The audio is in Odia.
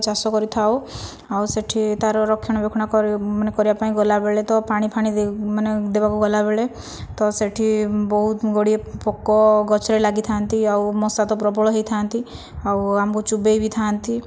ଚାଷ କରିଥାଉ ଆଉ ସେ'ଠି ତା'ର ରକ୍ଷଣାବେକ୍ଷଣ ମାନେ କରିବା ପାଇଁ ଗଲା ବେଳେ ତ ପାଣି ଫାଣି ମାନେ ଦେବାକୁ ଗଲା ବେଳେ ତ ସେ'ଠି ବହୁତ ଗୁଡ଼ିଏ ପୋକ ଗଛରେ ଲାଗିଥାନ୍ତି ଆଉ ମଶା ତ ପ୍ରବଳ ହୋଇଥାନ୍ତି ଆଉ ଆମକୁ ଚୋବାଇ ବି ଥା'ନ୍ତି